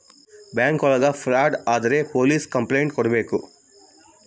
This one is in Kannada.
ಬ್ಯಾಂಕ್ ಒಳಗ ಫ್ರಾಡ್ ಆದ್ರೆ ಪೊಲೀಸ್ ಕಂಪ್ಲೈಂಟ್ ಕೊಡ್ಬೇಕು